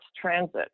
transit